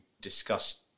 discussed